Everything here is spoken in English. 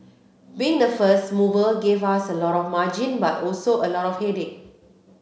being the first mover gave us a lot of margin but also a lot of headache